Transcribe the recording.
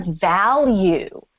value